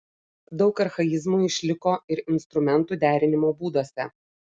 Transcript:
daug archaizmų išliko ir instrumentų derinimo būduose